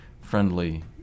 friendly